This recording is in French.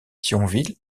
thionville